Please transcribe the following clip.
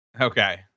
Okay